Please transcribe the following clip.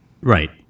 Right